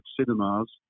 cinemas